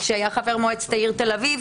שהיה חבר מועצת העיר תל אביב,